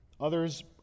Others